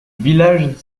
village